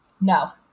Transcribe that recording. No